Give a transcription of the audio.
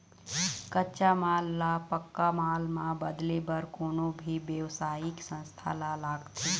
कच्चा माल ल पक्का माल म बदले बर कोनो भी बेवसायिक संस्था ल लागथे